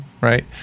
right